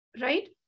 Right